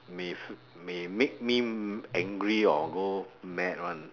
may may make me angry or go mad [one]